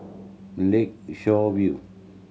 Lakeshore View